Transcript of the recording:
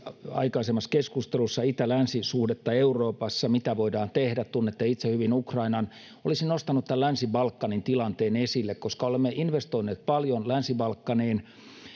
aikaisemmassa keskustelussa itä länsi suhteesta euroopassa että mitä voidaan tehdä tunnette itse hyvin ukrainan olisin nostanut tämän länsi balkanin tilanteen esille koska olemme investoineet paljon länsi balkaniin